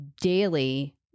daily